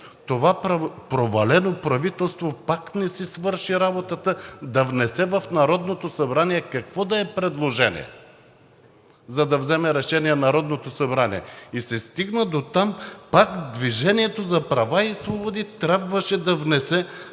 това провалено правителство пак не си свърши работата да внесе в Народното събрание какво да е предложението, за да вземе решение Народното събрание. И се стигна дотам – пак ДПС трябваше да внесе